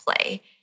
play